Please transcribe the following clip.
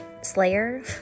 Slayer